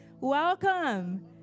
Welcome